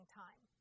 time